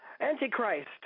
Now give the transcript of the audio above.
Antichrist